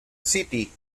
city